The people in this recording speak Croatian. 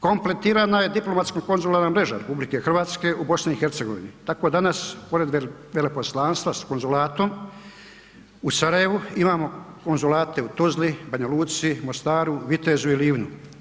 Kompletirana je diplomatsko konzularna mreža RH u BiH, tako danas pored veleposlanstva s konzulatom u Sarajevu imamo konzulate u Tuzli, Banja Luci, Mostaru, Vitezu i Livnu.